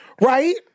Right